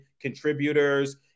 contributors